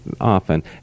Often